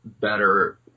better